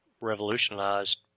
Revolutionized